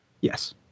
Yes